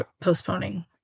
postponing